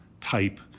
type